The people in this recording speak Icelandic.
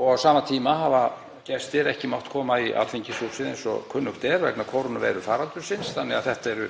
og á sama tíma hafa gestir ekki mátt koma í Alþingishúsið eins og kunnugt er vegna kórónuveirufaraldursins þannig að þetta er